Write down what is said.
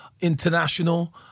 international